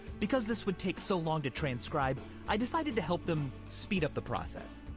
because this would take so long to transcribe, i decided to help them speed up the process.